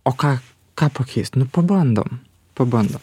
o ką ką pakeis nu pabandom pabandom